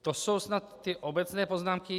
To jsou snad ty obecné poznámky.